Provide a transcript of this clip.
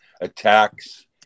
attacks